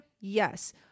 Yes